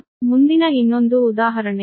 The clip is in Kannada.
ಆದ್ದರಿಂದ ಮುಂದಿನ ಇನ್ನೊಂದು ಉದಾಹರಣೆ